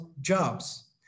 jobs